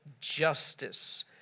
justice